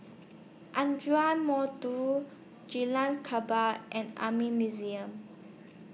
Ardmore two G Lam and Army Museum